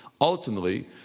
ultimately